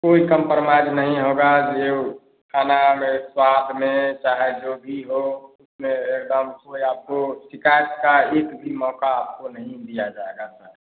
कोई कंपरमाइज नहीं होगा जो वह खाना में स्वाद में चाहे जो भी हो उसमें एक दम से आप शिकायत का एक भी मौक़ा आपको नहीं दिया जाएगा सर